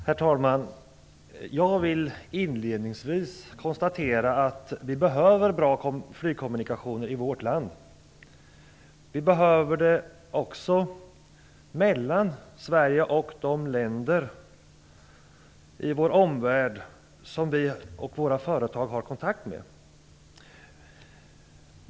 Herr talman! Jag vill inledningsvis konstatera att vi behöver bra flygkommunikationer i vårt land. Vi behöver det också mellan Sverige och de länder i vår omvärld som vi och våra företag har kontakt med.